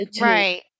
Right